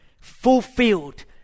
fulfilled